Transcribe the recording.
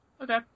Okay